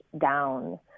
down